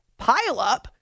pileup